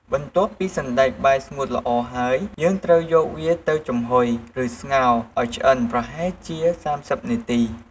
បន្ទាប់ ពីសណ្ដែកបាយស្ងួតល្អ ហើយ យើងត្រូវយកវាទៅចំហុយ ឬស្ងោរឱ្យឆ្អិនប្រហែលជា ៣០នាទី។